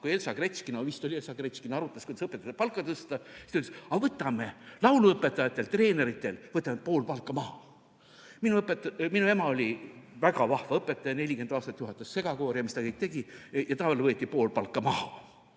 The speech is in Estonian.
kui Elsa Gretškina – vist oli Elsa Gretškina – arutas, kuidas õpetajate palka tõsta, siis ütles ta: aga võtame lauluõpetajatelt ja treeneritelt pool palka maha. Minu ema oli väga vahva õpetaja, 40 aastat juhatas segakoori ja mis ta kõik tegi, ja tal võeti pool palka maha.